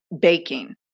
baking